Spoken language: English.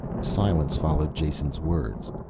silence followed jason's words.